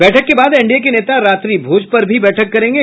बैठक के बाद एनडीए के नेता रात्रि भोज पर भी बैठक करेंगे